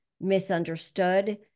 misunderstood